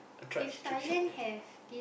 if Thailand have it